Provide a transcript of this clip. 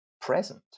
present